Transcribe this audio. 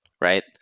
right